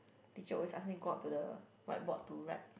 teacher always ask me go up to the white board to write